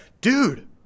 dude